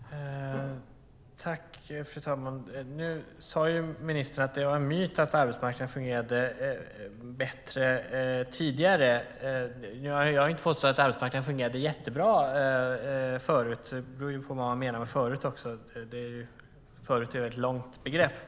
Fru talman! Nu sade ministern att det var en myt att arbetsmarknaden fungerade bättre tidigare. Jag har inte påstått att arbetsmarknaden fungerade jättebra förut. Det beror också på vad man menar med förut; förut är ett långt tidsbegrepp.